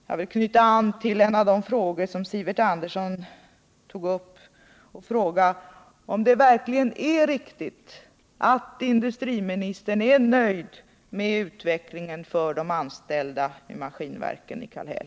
Jag vill knyta an till en av de frågor som Sivert Andersson tog upp och fråga om det verkligen är riktigt att industriministern är nöjd med utvecklingen för de anställda vid Maskinverken i Kallhäll.